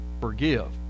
forgive